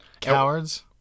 Cowards